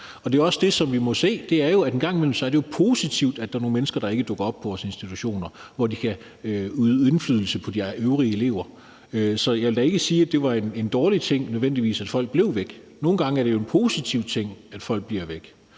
og det er jo også det, som vi må se. En gang imellem er det positivt, at der er nogle mennesker, der ikke dukker op på vores institutioner, hvor de kan øve indflydelse på de øvrige elever. Så jeg vil da ikke sige, at det nødvendigvis var en dårlig ting, at folk blev væk. Nogle gange er det jo en positiv ting, at folk bliver væk.